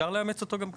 אפשר לאמץ אותו גם כאן.